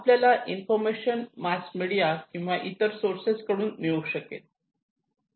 आपल्याला information mass media किंवा इतर सोर्सेस कडून मिळू शकेल